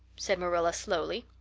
said marilla slowly,